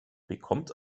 bekommt